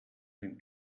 den